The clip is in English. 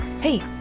hey